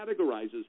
categorizes